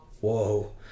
Whoa